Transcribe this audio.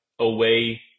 away